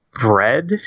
bread